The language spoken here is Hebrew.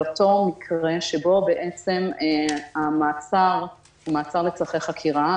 באותו מקרה שבו המעצר הוא לצרכי חקירה,